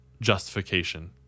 justification